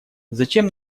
зачем